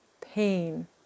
pain